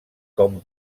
com